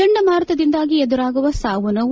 ಚಂಡಮಾರುತದಿಂದಾಗಿ ಎದುರಾಗುವ ಸಾವು ನೋವು